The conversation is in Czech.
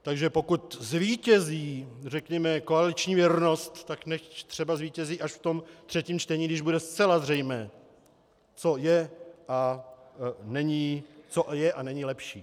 Takže pokud zvítězí, řekněme, koaliční věrnost, tak nechť třeba zvítězí až v tom třetím čtení, když bude zcela zřejmé, co je a není lepší.